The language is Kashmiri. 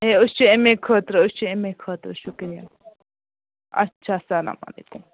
ہے أسۍ چھِ اَمی خٲطرٕ أسۍ چھِ اَمی خٲطرٕ شُکریا اچھا اسلامُ علیکُم